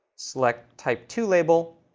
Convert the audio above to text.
select type two label,